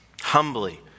humbly